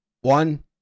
one